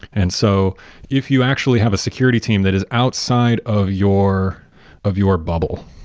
and so if you actually have a security team that is outside of your of your bubble,